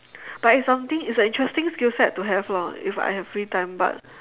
but it's something it's a interesting skill set to have lor if I have free time but